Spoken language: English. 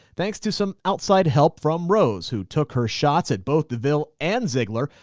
thanks to some outside help from rose who took her shots at both deville and ziggler,